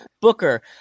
Booker